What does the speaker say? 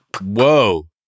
Whoa